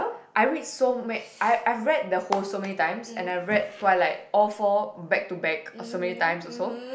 I read so mad I I've read the whole so many times and I read Twilight all four back to back of so many times also